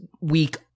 week